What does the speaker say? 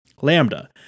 Lambda